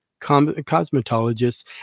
cosmetologists